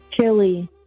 Chili